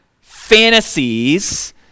fantasies